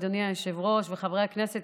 אדוני היושב-ראש וחברי הכנסת,